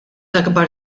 akbar